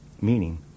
Meaning